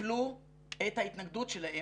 קיפלו את ההתנגדות שלהם,